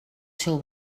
seu